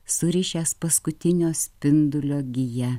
surišęs paskutinio spindulio gija